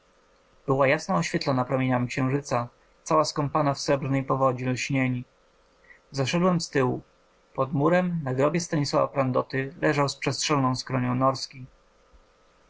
była jasno oświetlona promieniami księżyca cała skąpana w srebrnej powodzi lśnień zaszedłem z tyłu pod murem na grobie stanisława prandoty leżależał z przestrzeloną skronią norski